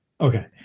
Okay